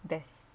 there's